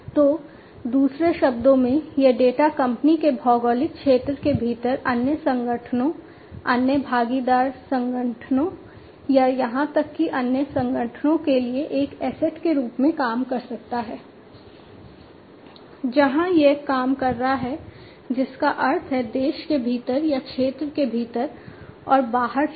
तो दूसरे शब्दों में यह डेटा कंपनी के भौगोलिक क्षेत्र के भीतर अन्य संगठनों अन्य भागीदार संगठनों या यहां तक कि अन्य संगठनों के लिए एक एसेट के रूप में काम कर सकता है जहां यह काम कर रहा है जिसका अर्थ है देश के भीतर या क्षेत्र के भीतर और बाहर क्षेत्र